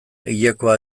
hilekoa